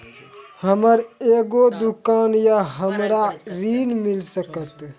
हमर एगो दुकान या हमरा ऋण मिल सकत?